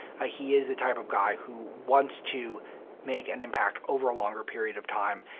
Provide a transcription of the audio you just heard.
ah he is the type of guy who wants to make an impact over a longer period of time,